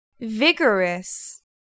Vigorous